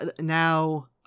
now